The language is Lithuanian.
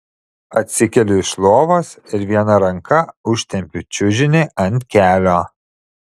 atsikeliu iš lovos ir viena ranka užtempiu čiužinį ant kelio